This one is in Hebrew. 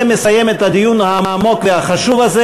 זה מסיים את הדיון העמוק והחשוב הזה.